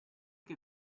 che